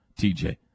TJ